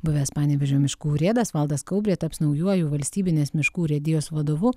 buvęs panevėžio miškų urėdas valdas kaubrė taps naujuoju valstybinės miškų urėdijos vadovu